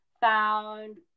found